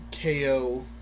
KO